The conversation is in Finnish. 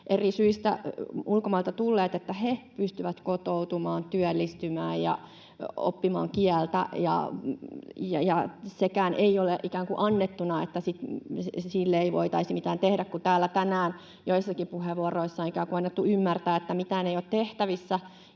eri syistä ulkomailta tulleet pystyvät kotoutumaan, työllistymään ja oppimaan kieltä. Sekään ei ole ikään kuin annettuna, että sille ei voitaisi mitään tehdä. Kun täällä tänään joissakin puheenvuoroissa on ikään kuin annettu ymmärtää, että mitään ei ole tehtävissä